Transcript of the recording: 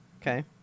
Okay